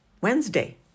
Wednesday